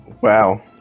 Wow